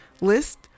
list